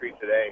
today